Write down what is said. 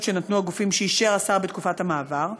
שנתנו הגופים שאישר השר בתקופת המעבר,